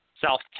South